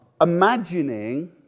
imagining